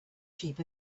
sheep